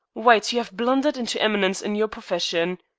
white, you have blundered into eminence in your profession.